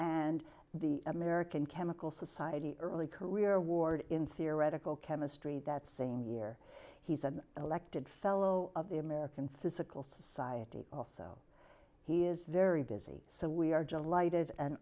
and the american chemical society early career ward in theoretical chemistry that same year he's an elected fellow of the american physical society also he is very busy so we are delighted an